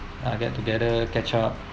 ah get together catch up